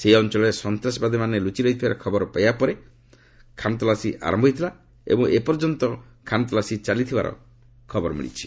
ସେହି ଅଞ୍ଚଳରେ ସନ୍ତାସବାଦୀମାନେ ଲୁଚି ରହିଥିବାର ଖବର ପାଇବା ପରେ ଖାନ୍ତଲାସୀ ଆରମ୍ଭ ହୋଇଥିଲା ଏବଂ ଏପର୍ଯ୍ୟନ୍ତ ଚାଲିଥିବା ଖବର ମିଳିଛି